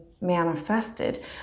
manifested